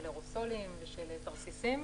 של תרסיסים,